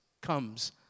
comes